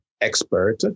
expert